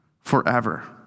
forever